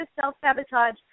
self-sabotage